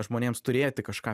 žmonėms turėti kažką